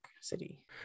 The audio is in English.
City